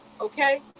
Okay